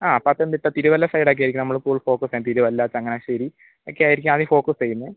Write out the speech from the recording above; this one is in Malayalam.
ആ പത്തനംതിട്ട തിരുവല്ല സൈഡെക്കെയായിരിക്കും നമ്മള് കൂടുൽ ഫോക്കസ് ചെയ്യാൻ തിരുവല്ല ചങ്ങനാശ്ശേരി ഒക്കെ ആയിരിക്കും ആദ്യം ഫോക്കസ് ചെയ്യുന്നത്